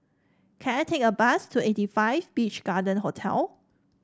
can I take a bus to eighty five Beach Garden Hotel